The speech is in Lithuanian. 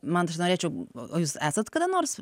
man tai aš norėčiau o jūs esat kada nors